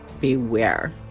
beware